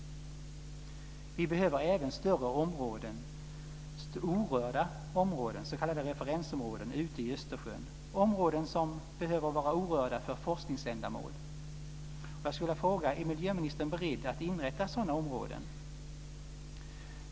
Vi behöver även större orörda s.k. referensområden ute i Östersjön, områden som behöver vara orörda för forskningsändamål. Jag skulle vilja fråga: Är miljöministern beredd att inrätta sådana områden?